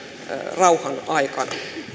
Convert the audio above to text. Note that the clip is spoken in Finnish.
rauhan aikana